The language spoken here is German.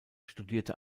studierte